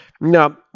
no